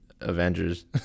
Avengers